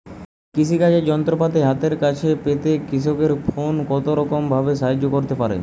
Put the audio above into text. কৃষিকাজের যন্ত্রপাতি হাতের কাছে পেতে কৃষকের ফোন কত রকম ভাবে সাহায্য করতে পারে?